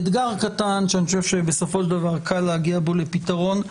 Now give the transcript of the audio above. אתגר קטן שאני חושב שבסופו של דבר קל להגיע בו לפתרון,